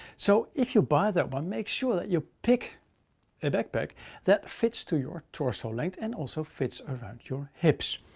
so if you buy that one, make sure that you pick a backpack that fits to your torso length and also fits around your hips.